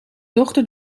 dochter